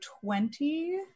twenty